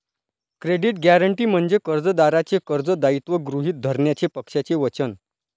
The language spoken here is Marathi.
क्रेडिट गॅरंटी म्हणजे कर्जदाराचे कर्ज दायित्व गृहीत धरण्याचे पक्षाचे वचन